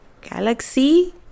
galaxy